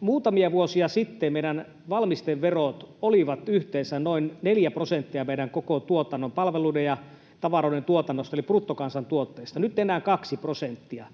Muutamia vuosia sitten meidän valmisteveromme olivat yhteensä noin neljä prosenttia meidän koko palveluiden ja tavaroiden tuotannostamme, eli bruttokansantuotteesta, nyt enää kaksi prosenttia.